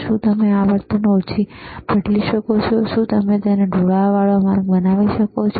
શું તમે આવર્તન ઓછી બદલી શકો છો શું તમે તેને ઢાળવાળો માર્ગ બનાવી શકો છો